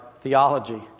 theology